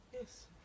Yes